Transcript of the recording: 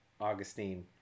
Augustine